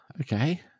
okay